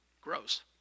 Gross